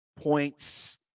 points